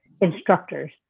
instructors